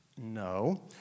no